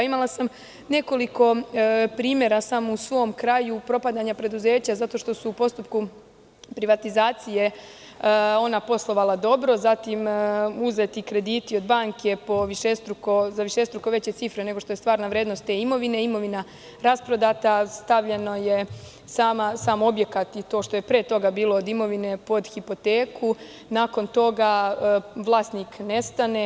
Imala sam nekoliko primera samo u svom kraju propadanja preduzeća zato što su u postupku privatizacije ona poslovala dobro, zatim uzeti krediti od banke za višestruko veće cifre nego što je stvarna vrednost te imovine, imovina rasprodata, sam objekat je stavljen pod hipoteku i nakon toga vlasnik nestane.